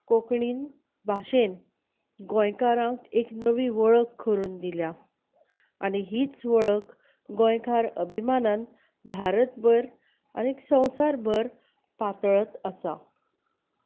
कोंकणीन भाशेंत गोंयकारांक एक नवी वळख करून दिल्या आनी हीच वळख गोंयकार अभिमानान भारत भर आनी संवसार भर पातळत आसा